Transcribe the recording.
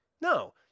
No